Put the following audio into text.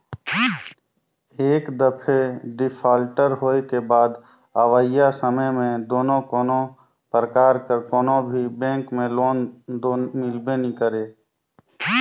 एक दफे डिफाल्टर होए के बाद अवइया समे में दो कोनो परकार कर कोनो भी बेंक में लोन दो मिलबे नी करे